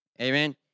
Amen